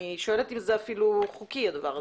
אני שואלת אם זה אפילו חוקי הדבר הזה?